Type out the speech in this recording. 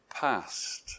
past